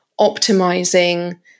optimizing